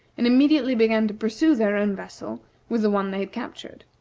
and immediately began to pursue their own vessel with the one they had captured.